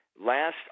last